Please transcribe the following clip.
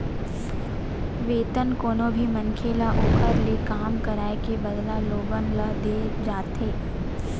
वेतन कोनो भी मनखे ल ओखर ले काम कराए के बदला लोगन ल देय जाथे